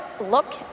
look